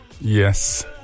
Yes